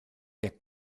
der